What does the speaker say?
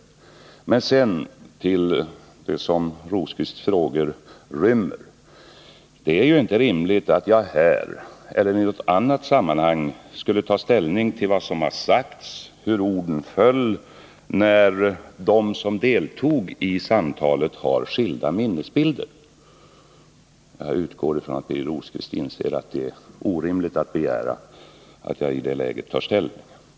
För att övergå till det som Birger Rosqvists frågor rymmer, så är det inte rimligt att jag här eller i andra sammanhang tar ställning till vad som har sagts eller hur orden föll, när de som deltog i samtalet har skilda minnesbilder. Jag utgår från att Birger Rosqvist inser att det är orimligt att begära att jag i det läget tar ställning.